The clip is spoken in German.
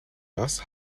das